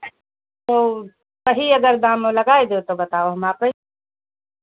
तौ सही अगर दाम लगाए देओ तो बताओ हम आबै